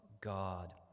God